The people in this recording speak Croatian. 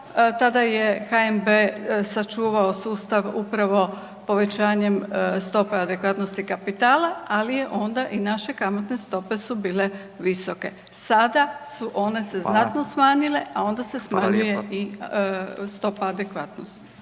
tada je HNB sačuvao sustav upravo povećanjem stope adekvatnosti kapitala, ali je onda i naše kamatne stope su bile visoke. Sada su one se .../Upadica: Hvala. /... znatno smanjile, a onda se